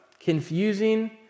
confusing